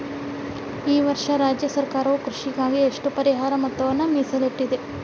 ಈ ವರ್ಷ ರಾಜ್ಯ ಸರ್ಕಾರವು ಕೃಷಿಗಾಗಿ ಎಷ್ಟು ಪರಿಹಾರ ಮೊತ್ತವನ್ನು ಮೇಸಲಿಟ್ಟಿದೆ?